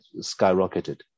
skyrocketed